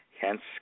Hence